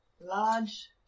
large